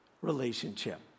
relationship